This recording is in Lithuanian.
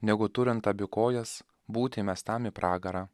negu turint abi kojas būti įmestam į pragarą